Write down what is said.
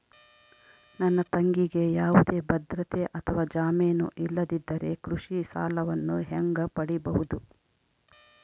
ನನ್ನ ತಂಗಿಗೆ ಯಾವುದೇ ಭದ್ರತೆ ಅಥವಾ ಜಾಮೇನು ಇಲ್ಲದಿದ್ದರೆ ಕೃಷಿ ಸಾಲವನ್ನು ಹೆಂಗ ಪಡಿಬಹುದು?